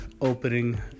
opening